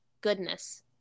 goodness